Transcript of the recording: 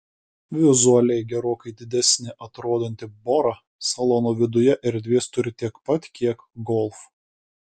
vizualiai gerokai didesnė atrodanti bora salono viduje erdvės turi tiek pat kiek golf